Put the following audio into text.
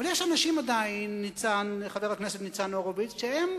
אבל יש אנשים, עדיין, חבר הכנסת ניצן הורוביץ, שהם